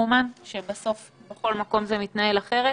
שבסוף בכל מקום זה מתנהל אחרת.